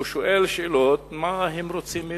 הוא שואל שאלות: מה הם רוצים מאתנו?